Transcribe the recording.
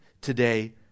today